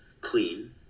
clean